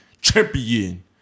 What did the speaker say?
champion